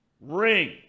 ring